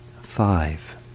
five